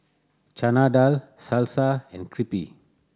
Chana Dal Salsa and Crepe